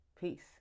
Peace